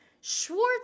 Schwartz